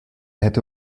hätte